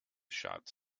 shots